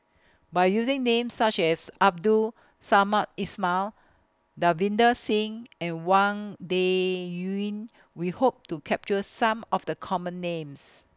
By using Names such as Abdul Samad Ismail Davinder Singh and Wang Dayuan We Hope to capture Some of The Common Names